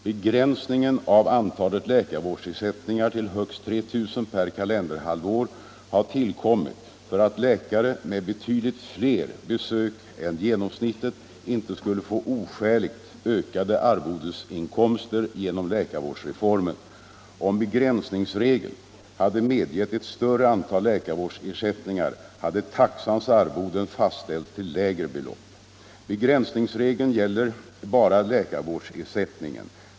Begränsningen av antalet läkarvårdsersättningar till högst 3 000 per kalenderhalvår har tillkommit för att läkare med betydligt fler besök än genomsnittet inte skulle få oskäligt ökade arvodesinkomster genom läkarvårdsreformen. Om begränsningsregeln hade medgett ett större antal läkarvårdsersättningar hade taxans arvoden fastställts till lägre belopp. Begränsningsregeln gäller bara läkarvårdsersättningen.